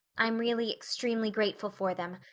i'm really extremely grateful for them.